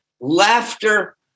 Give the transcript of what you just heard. laughter